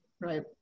Right